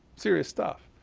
serious stuff.